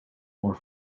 more